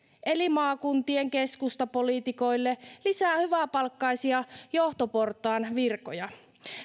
eli maakuntien keskustapoliitikoille lisää hyväpalkkaisia johtoportaan virkoja